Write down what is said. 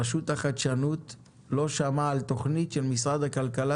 רשות החדשנות לא שמעה על תוכנית של משרד הכלכלה.